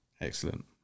Excellent